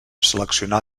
seleccionar